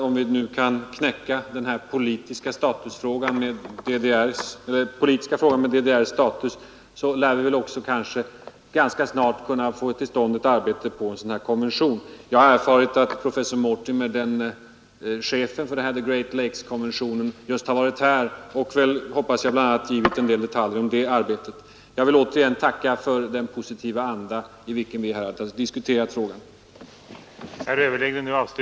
Om vi nu kan knäcka den politiska frågan om DDR:s status så lär vi väl ganska snart kunna få till stånd ett arbete på en konvention Jag har erfarit att professor Mortimer, chefen för The Great Lakes Convention, besökt vårt land och, som jag hoppas, redogjort för en del detaljer i det arbetet. Jag vill återigen tacka för den positiva anda i vilken vi här har diskuterat denna fråga.